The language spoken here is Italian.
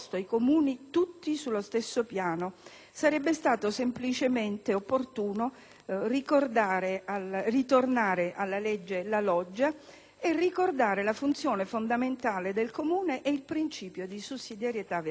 Sarebbe stato semplicemente opportuno ritornare alla legge La Loggia e ricordare la funzione fondamentale del Comune e il principio di sussidiarietà verticale.